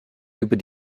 über